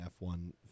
F1